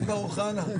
תודה רבה.